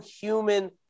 human